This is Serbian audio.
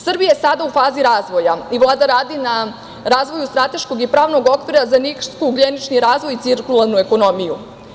Srbija je sada u fazi razvoja i Vlada radi na razvoju strateškog i pravnog okvira za niskougljenični razvoj i cirkularnu ekonomiju.